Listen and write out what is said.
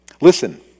Listen